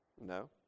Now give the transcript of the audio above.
No